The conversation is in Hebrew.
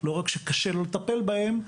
לא רק שקשה לו לטפל בהם,